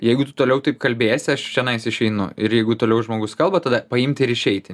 jeigu tu toliau taip kalbėsi aš iš čionais išeinu ir jeigu toliau žmogus kalba tada paimti ir išeiti